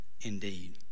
indeed